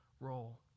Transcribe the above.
role